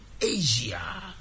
Asia